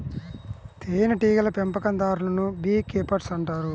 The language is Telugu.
తేనెటీగల పెంపకందారులను బీ కీపర్స్ అంటారు